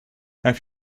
have